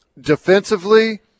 Defensively